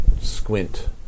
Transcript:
squint